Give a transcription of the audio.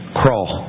crawl